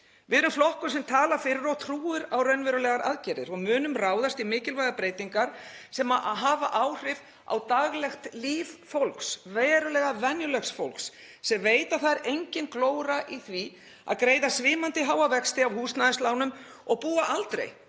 Við erum flokkur sem talar fyrir og trúir á raunverulegar aðgerðir og munum ráðast í mikilvægar breytingar sem hafa áhrif á daglegt líf fólks, verulega venjulegs fólks, sem veit að það er engin glóra í því að greiða svimandi háa vexti af húsnæðislánum og búa aldrei